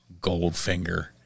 Goldfinger